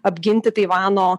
apginti taivano